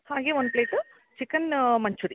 ಹಾಗೆ ಒಂದು plate chicken manchuri